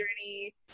journey